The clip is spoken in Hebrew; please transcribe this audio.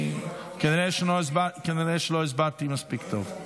כנראה שלא הסברתי מספיק טוב.